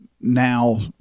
now